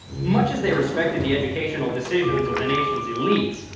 much as they respected the educational decisions of the nation's elites,